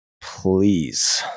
Please